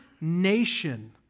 nation